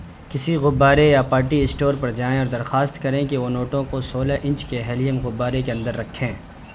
کسی غبارے یا پارٹی اسٹور پر جائیں اور درخواست کریں کہ وہ نوٹوں کو سولہ انچ کے ہیلیم غبارے کے اندر رکھیں